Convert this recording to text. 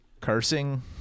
cursing